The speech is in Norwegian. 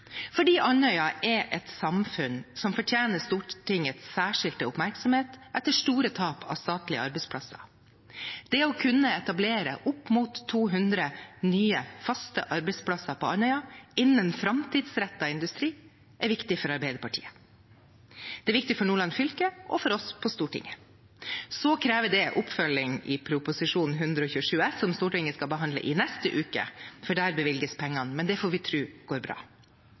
fordi Andøya er et samfunn som fortjener Stortingets særskilte oppmerksomhet etter store tap av statlige arbeidsplasser. Det å kunne etablere opp mot 200 nye faste arbeidsplasser på Andøya innenfor framtidsrettet industri er viktig for Arbeiderpartiet. Det er viktig for Nordland fylke og for oss på Stortinget. Så krever det oppfølging i Prop. 127 S for 2019–2020, som Stortinget skal behandle i neste uke, for da bevilges pengene. Men det får vi tro går bra.